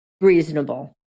reasonable